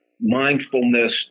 mindfulness